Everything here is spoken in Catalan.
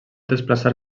desplaçar